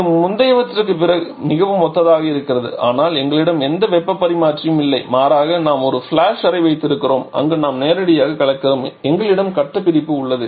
இது முந்தையவற்றுக்கு மிகவும் ஒத்ததாக இருக்கிறது ஆனால் எங்களிடம் எந்த வெப்பப் பரிமாற்றியும் இல்லை மாறாக நாம் ஒரு ஃபிளாஷ் அறை வைத்திருக்கிறோம் அங்கு நாம் நேரடியாக கலக்கிறோம் எங்களிடம் கட்டபிரிப்பு உள்ளது